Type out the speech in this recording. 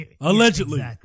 Allegedly